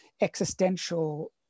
existential